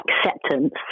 acceptance